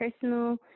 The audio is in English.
personal